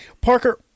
Parker